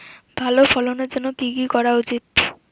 ভালো ফলনের জন্য কি কি করা উচিৎ?